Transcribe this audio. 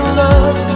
love